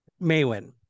Maywin